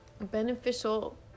beneficial